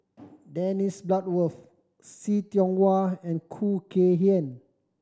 Dennis Bloodworth See Tiong Wah and Khoo Kay Hian